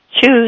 choose